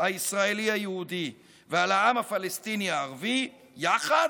הישראלי-היהודי ועל העם הפלשתיני-הערבי יחד,